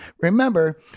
Remember